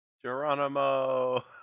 Geronimo